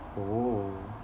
oh